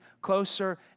closer